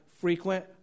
frequent